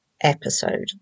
episode